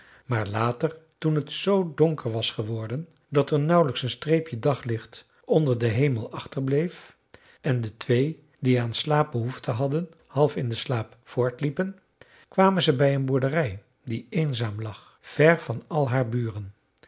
maar later toen het z donker was geworden dat er nauwlijks een streepje daglicht onder den hemel achterbleef en de twee die aan slaap behoefte hadden half in den slaap voortliepen kwamen ze bij een boerderij die eenzaam lag ver van al haar buren